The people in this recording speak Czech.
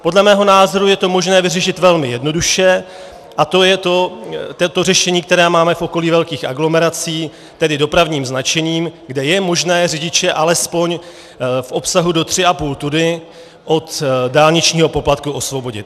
Podle mého názoru je to možné vyřešit velmi jednoduše, a to je to řešení, které máme v okolí velkých aglomerací, tedy dopravním značením, kde je možné řidiče alespoň v obsahu do 3,5 tuny od dálničního poplatku osvobodit.